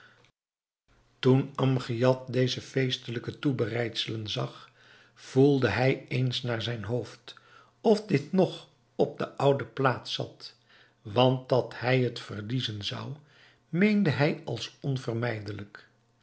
toen amgiad deze feestelijke toebereidselen zag voelde hij eens naar zijn hoofd of dit nog op de oude plaats zat want dat hij het verliezen zou meende hij als onvermijdelijk